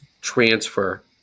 transfer